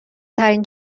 ترین